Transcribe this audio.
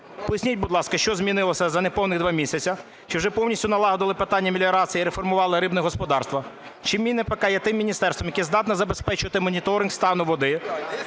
Поясніть, будь ласка, що змінилося за неповних два місяці? Чи вже повністю налагодили питання меліорації і реформували рибне господарство? Чи МінАПК є тим міністерством, яке здатне забезпечувати моніторинг стану води